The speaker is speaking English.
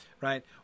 right